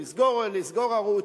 לסגור ערוץ,